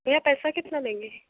भैया पैसा कितना लेंगे